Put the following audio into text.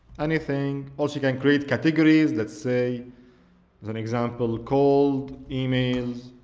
anything also you can create categories let's say as an example cold emails,